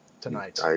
tonight